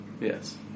Yes